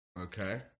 Okay